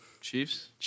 Chiefs